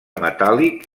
metàl·lic